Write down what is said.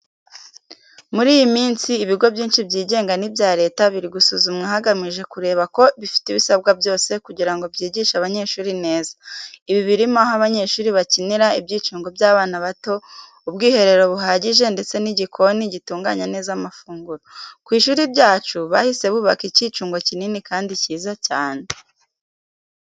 Muri iyi minsi, ibigo byinshi byigenga n’ibya leta biri gusuzumwa hagamijwe kureba ko bifite ibisabwa byose kugira ngo byigishe abanyeshuri neza. Ibi birimo aho abanyeshuri bakinira, ibyicungo by’abana bato, ubwiherero buhagije ndetse n’igikoni gitunganya neza amafunguro. Ku ishuri ryacu, bahise bubaka icyicungo kinini kandi cyiza cyane.